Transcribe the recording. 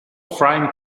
frying